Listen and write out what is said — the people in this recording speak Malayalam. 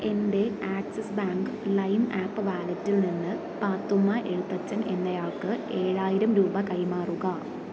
എൻ്റെ ആക്സിസ് ബാങ്ക് ലൈം ആപ്പ് വാലറ്റിൽ നിന്ന് പാത്തുമ്മ എഴുത്തച്ഛൻ എന്നയാൾക്ക് ഏഴായിരം രൂപ കൈമാറുക